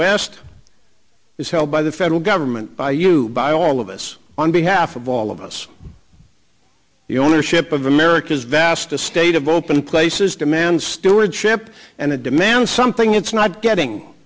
west is held by the federal government you by all of us on behalf of all of us the ownership of america's vast a state of open places demands stewardship and a demand something it's not getting